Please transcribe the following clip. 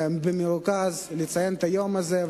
ובמרוכז לציין את היום הזה.